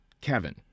Kevin